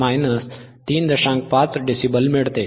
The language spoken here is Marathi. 5dB मिळते